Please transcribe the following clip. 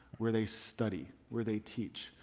where they study, where they teach.